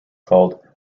called